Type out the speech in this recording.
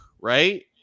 right